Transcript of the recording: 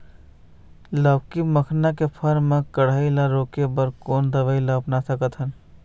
लाउकी मखना के फर मा कढ़ाई ला रोके बर कोन दवई ला अपना सकथन?